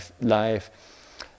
Life